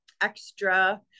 extra